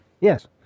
Yes